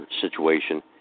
situation